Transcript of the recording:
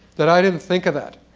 that i didn't think of that.